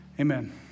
Amen